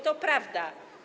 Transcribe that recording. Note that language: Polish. To prawda.